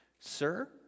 Sir